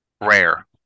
Rare